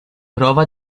prova